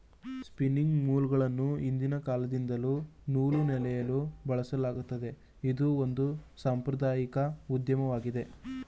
spinning ಮೂಲ್ಗಳನ್ನು ಹಿಂದಿನ ಕಾಲದಿಂದಲ್ಲೂ ನೂಲು ನೇಯಲು ಬಳಸಲಾಗತ್ತಿದೆ, ಇದು ಒಂದು ಸಾಂಪ್ರದಾಐಕ ಉದ್ಯೋಗವಾಗಿದೆ